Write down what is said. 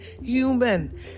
human